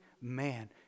man